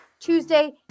Tuesday